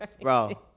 Bro